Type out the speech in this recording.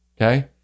Okay